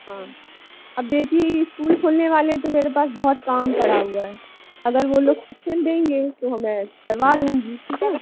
हाँ अब देखिए ये स्कूल खुलने वाले हैं तो मेरे पास बहुत काम पड़ा हुआ है अगर वो लोग सिल देंगे तो मैं करवा दूंगी ठीक है